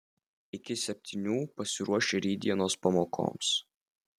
iki septynių pasiruoš rytdienos pamokoms